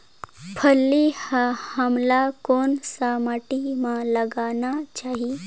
फल्ली ल हमला कौन सा माटी मे लगाना चाही?